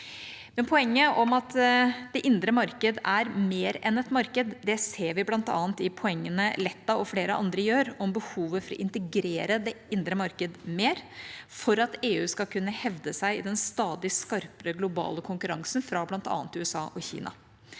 Poenget om at det indre marked er mer enn et marked, ser vi bl.a. i poengene Letta og flere andre gjør om behovet for å integrere det indre marked mer for at EU skal kunne hevde seg i den stadig skarpere globale konkurransen fra bl.a. USA og Kina.